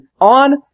on